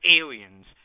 aliens